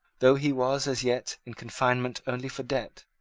though he was as yet in confinement only for debt,